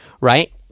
right